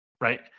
Right